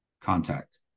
contact